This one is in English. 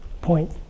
point